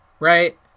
Right